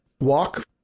walk